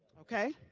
okay.